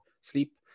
sleep